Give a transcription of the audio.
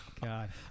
God